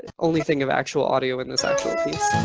and only thing of actual audio in this actual piece